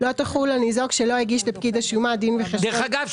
לא תחול על ניזוק שלא הגיש לפקיד השומה דין וחשבון --- דרך אגב,